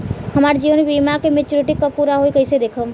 हमार जीवन बीमा के मेचीयोरिटी कब पूरा होई कईसे देखम्?